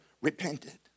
repented